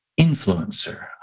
influencer